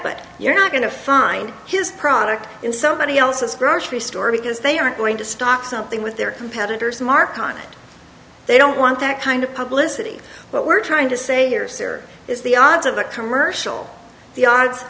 but you're not going to find his product in somebody else's grocery store because they aren't going to stock something with their competitors mark on it they don't want that kind of publicity but we're trying to say here siri is the odds of the commercial the odds